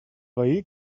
veí